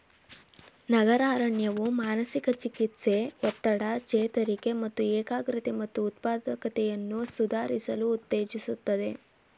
ನಗರ ಅರಣ್ಯವು ಮಾನಸಿಕ ಚಿಕಿತ್ಸೆ ಒತ್ತಡ ಚೇತರಿಕೆ ಮತ್ತು ಏಕಾಗ್ರತೆ ಮತ್ತು ಉತ್ಪಾದಕತೆಯನ್ನು ಸುಧಾರಿಸಲು ಉತ್ತೇಜಿಸ್ತದೆ